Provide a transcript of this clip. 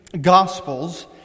Gospels